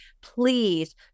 Please